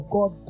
God